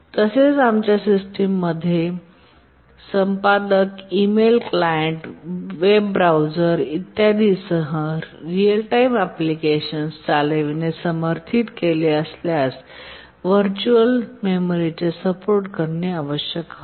तसेच आमच्या सिस्टममध्ये मजकूर संपादक ईमेल क्लायंट वेब ब्राउझर इत्यादींसह रीअल टाईम एप्लीकेशनस चालविणे समर्थित केले असल्यास व्हर्च्युअल मेमरीचे सपोर्ट करणे आवश्यक होते